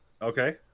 Okay